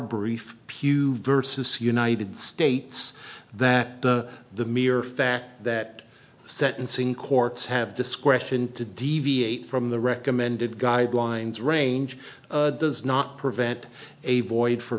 brief pew versus united states that the mere fact that sentencing courts have discretion to deviate from the recommended guidelines range does not prevent a void for